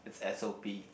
it's s_o_p